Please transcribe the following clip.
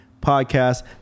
podcast